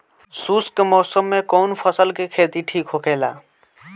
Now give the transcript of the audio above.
शुष्क मौसम में कउन फसल के खेती ठीक होखेला?